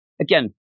again